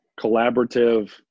collaborative